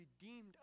redeemed